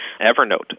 Evernote